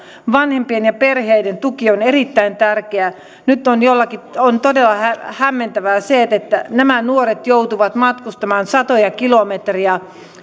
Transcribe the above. vanhempien ja perheiden tuki on erittäin tärkeää nyt on todella hämmentävää että nämä nuoret joutuvat matkustamaan satoja kilometrejä